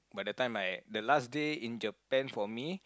but the time I the last day in Japan for me